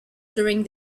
during